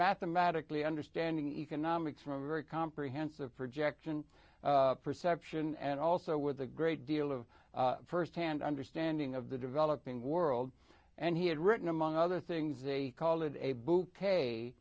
mathematically understanding economics from a very comprehensive projection perception and also with a great deal of firsthand understanding of the developing world and he had written among other things they call it a bouquet